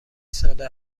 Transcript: ساله